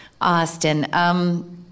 Austin